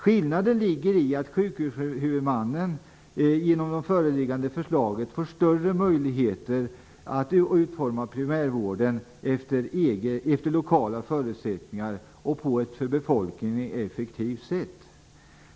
Skillnaden ligger i att sjukvårdshuvudmannen genom de föreliggande förslagen får större möjligheter att utforma primärvården efter lokala förutsättningar och på ett för befolkningen effektivt sätt.